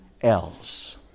else